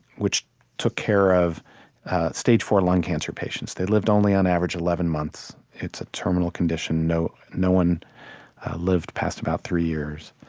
which took care of stage four lung cancer patients. they lived only, on average, eleven months. it's a terminal condition no no one lived past about three years.